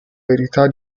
verità